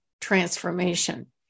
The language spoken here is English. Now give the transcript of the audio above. transformation